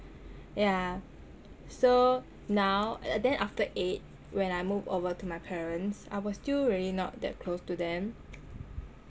yah so now then after eight when I move over to my parents I was still really not that close to them and